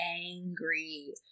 angry